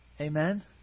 Amen